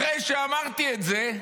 אחרי שאמרתי את זה,